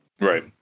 Right